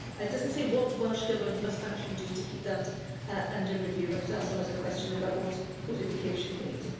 it doesn't say what welsh government must actually do to keep that under and review, and it also has a question about what codification means.